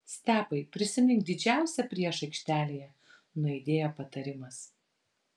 stepai prisimink didžiausią priešą aikštelėje nuaidėjo patarimas